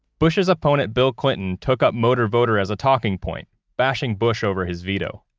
bush's opponent bill clinton took up motor voter as a talking point bashing bush over his veto.